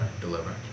deliver